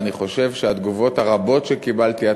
אני חושב שהתגובות הרבות שקיבלתי,